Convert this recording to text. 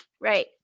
Right